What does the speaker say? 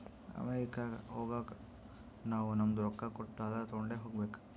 ಅಮೆರಿಕಾಗ್ ಹೋಗಾಗ ನಾವೂ ನಮ್ದು ರೊಕ್ಕಾ ಕೊಟ್ಟು ಡಾಲರ್ ತೊಂಡೆ ಹೋಗ್ಬೇಕ